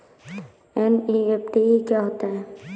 NEFT क्या होता है?